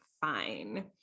fine